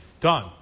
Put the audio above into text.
done